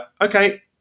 okay